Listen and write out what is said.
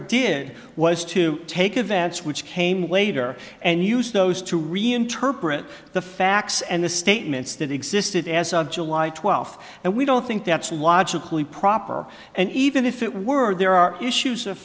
did was to take advance which came later and use those to reinterpret the facts and the statements that existed as of july twelfth and we don't think that's logically proper and even if it were there are issues of